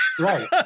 Right